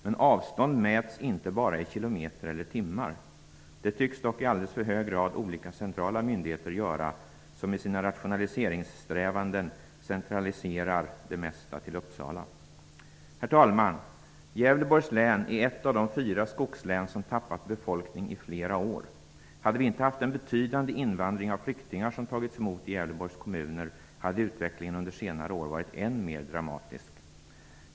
Men avstånd mäts inte bara i kilometer eller timmar. Det tycks dock i alldeles för hög grad olika centrala myndigheter göra, som i sina rationaliseringssträvanden centraliserar det mesta till Uppsala. Herr talman! Gävleborgs län är ett av de fyra skogslän som tappat befolkning i flera år. Hade vi inte haft en betydande invandring av flyktingar som tagits emot i Gävleborgs kommuner, hade utvecklingen under senare år varit än mer dramatisk.